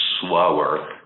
slower